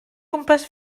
gwmpas